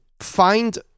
find